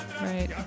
right